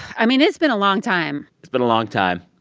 i mean, it's been a long time it's been a long time.